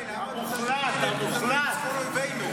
אתה סופג את הביקורת, אתה עומד בה בכבוד.